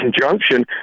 conjunction